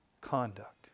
conduct